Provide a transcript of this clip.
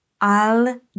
Al